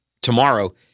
tomorrow